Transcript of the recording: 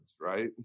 right